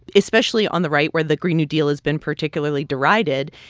especially on the right, where the green new deal has been particularly derided,